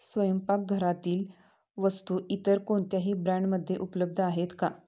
स्वयंपाकघरातील वस्तू इतर कोणत्याही ब्रँडमध्ये उपलब्ध आहेत का